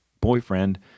boyfriend